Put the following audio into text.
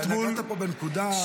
אתה נגעת פה בנקודה.